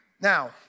Now